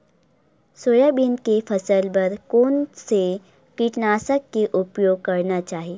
Soybean के फसल बर कोन से कीटनाशक के उपयोग करना चाहि?